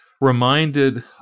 reminded